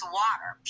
water